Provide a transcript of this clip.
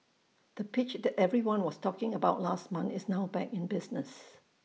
the pitch that everyone was talking about last month is now back in business